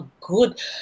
good